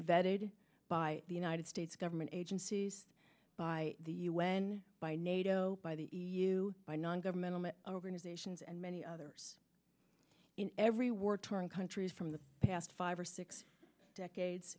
vetted by the united states government agencies by the un by nato by the e u by non governmental organizations and many others in every war torn countries from the past five or six decades